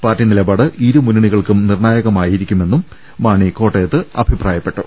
party നിലപാട് ഇരുമുന്നണികൾക്കും നിർണായകമാ യിരിക്കുമെന്നും മാണി കോട്ടയത്ത് അഭിപ്രായപ്പെട്ടു